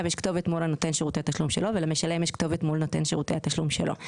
יש כתובת מול נותן שירותי תשלום שלו,